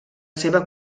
seva